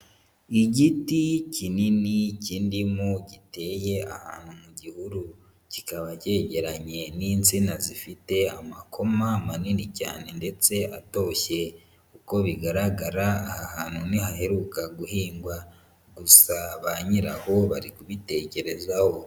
Igiti kinini cy'indimu giteye ahantu mu gihuru. Kikaba cyegeranye n'insina zifite amakoma manini cyane ndetse atoshye. Uko bigaragara aha hantu ntihaheruka guhingwa. Gusa ba nyiraho barikubitekerezaho.